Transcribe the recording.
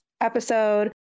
episode